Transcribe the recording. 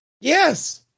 yes